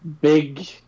big